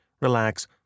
relax